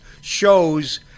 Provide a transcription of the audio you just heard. shows